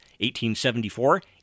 1874